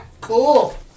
Cool